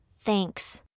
thanks